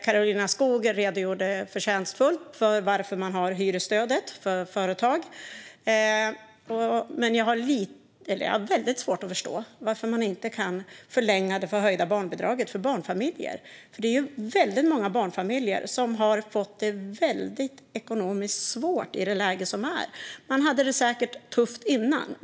Karolina Skog redogjorde förtjänstfullt för varför man har hyresstödet för företag. Jag har väldigt svårt att förstå varför man inte kan förlänga det förhöjda bostadsbidraget för barnfamiljer. Det är väldigt många barnfamiljer som har fått det väldigt ekonomiskt svårt i det läge som råder. De hade det säkert tufft innan.